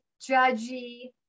judgy